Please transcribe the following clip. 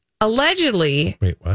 Allegedly